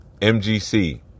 MGC